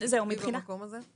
תתמקדי במקום הזה,